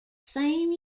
same